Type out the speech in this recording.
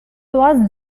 was